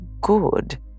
good